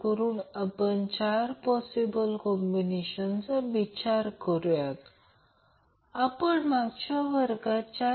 तर या मार्गाने प्रत्यक्षात आपल्याला L मिळाले ते म्हणजे 2